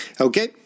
Okay